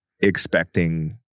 expecting